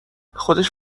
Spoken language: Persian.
خودش